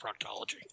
proctology